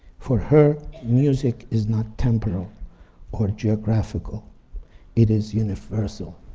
for her, music is not temporal or geographical it is universal,